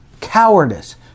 Cowardice